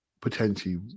potentially